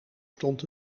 stond